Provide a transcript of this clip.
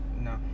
No